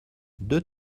deux